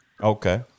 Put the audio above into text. Okay